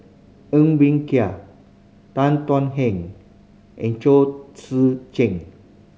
Ng Bee Kia Tan Thuan Heng and Chao Tzee Cheng